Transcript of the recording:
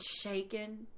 shaken